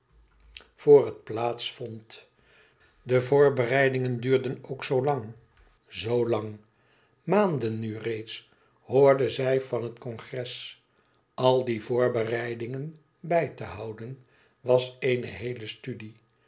vr het plaats vond die voorbereidingen ook duurden zoo lang zoo lang maanden nu reeds hoorde zij van het congres al die voorbereidingen bij te houden was eene heele studie